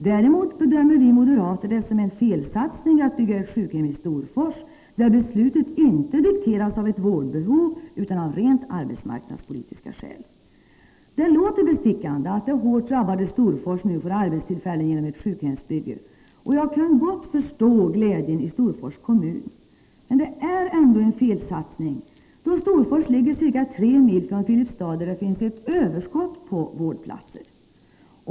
Däremot bedömer vi moderater det som en felsatsning att bygga ett sjukhem i Storfors, där beslutet inte dikteras av ett vårdbehov utan av rent arbetsmarknadspolitiska skäl. Det låter bestickande att det hårt drabbade Storfors nu får arbetstillfällen genom ett sjukhemsbygge, och jag kan gott förstå glädjen i Storfors kommun. Men det är ändå en felsatsning, då Storfors ligger ca 3 mil från Filipstad, där det finns ett överskott på vårdplatser.